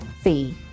fee